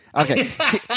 Okay